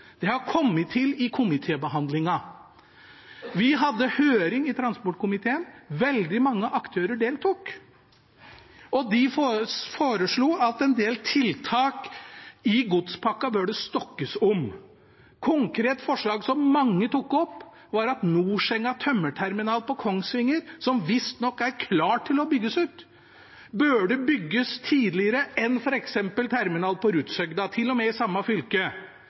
Det har kommet til i komitébehandlingen. Vi hadde høring i transportkomiteen, og veldig mange aktører deltok, og de foreslo at en del tiltak i godspakken burde stokkes om. Et konkret forslag som mange tok opp, var at Norsenga tømmerterminal på Kongsvinger, som visstnok er klar til å bygges ut, burde bygges tidligere enn f.eks. terminal på Rudshøgda – til og med i samme fylke.